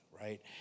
right